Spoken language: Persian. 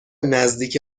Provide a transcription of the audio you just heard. نزدیک